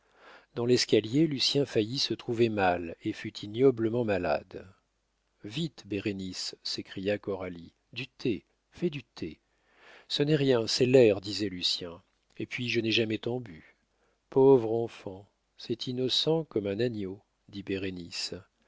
dans l'escalier lucien faillit se trouver mal et fut ignoblement malade vite bérénice s'écria coralie du thé fais du thé ce n'est rien c'est l'air disait lucien et puis je n'ai jamais tant bu pauvre enfant c'est innocent comme un agneau dit